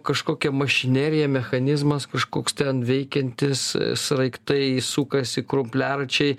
kažkokia mašinerija mechanizmas kažkoks ten veikiantis sraigtai sukasi krumpliaračiai